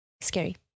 scary